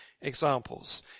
examples